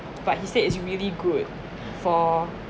but he said it's really good for